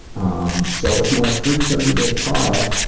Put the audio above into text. um so if you want a free thirty day trial,